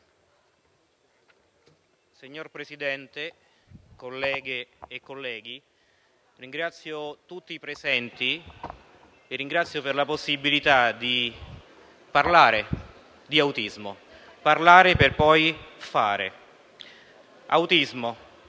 Signor Presidente, colleghe e colleghi, ringrazio tutti i presenti per la possibilità di parlare di autismo; parlare per poi fare. Autismo: